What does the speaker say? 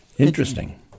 Interesting